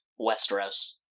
Westeros